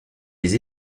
les